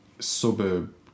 suburb